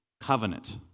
covenant